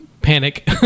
panic